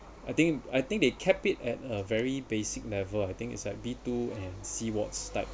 I think I think they kept it at a very basic level I think is at B two and C wards type